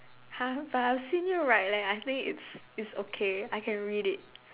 !huh! but I've seen you write leh I think it's it's okay I can read it